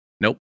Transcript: Nope